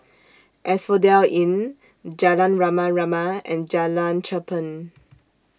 Asphodel Inn Jalan Rama Rama and Jalan Cherpen